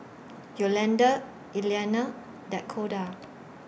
Yolanda Eliana Dakoda